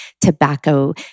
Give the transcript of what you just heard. tobacco